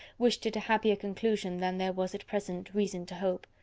wished it a happier conclusion than there was at present reason to hope,